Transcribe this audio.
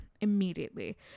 immediately